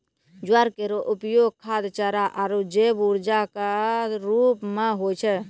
ज्वार केरो उपयोग खाद्य, चारा आरु जैव ऊर्जा क रूप म होय छै